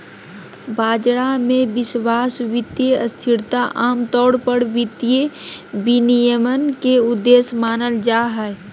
बाजार मे विश्वास, वित्तीय स्थिरता आमतौर पर वित्तीय विनियमन के उद्देश्य मानल जा हय